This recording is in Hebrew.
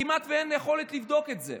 כמעט אין יכולת לבדוק את זה.